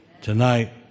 Tonight